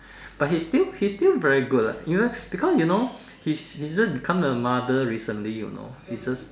but he's still he's still very good lah even because you know he's she's just become a mother recently you know he just